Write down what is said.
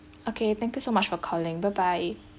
okay thank you so much for calling bye bye